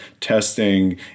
testing